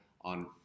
on